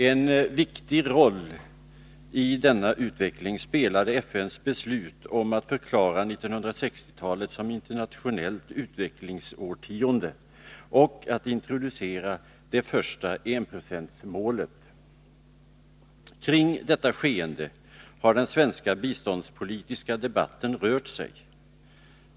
En viktig roll i denna utveckling spelade FN:s beslut om att förklara 1960-talet som internationellt utvecklingsårtionde och att introducera det första enprocentsmålet. Kring detta skeende har den svenska biståndspolitiska debatten rört sig.